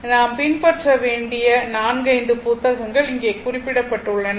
எனவே நாம் பின்பற்ற வேண்டிய 4 5 புத்தகங்கள் இங்கே குறிப்பிடப்பட்டுள்ளன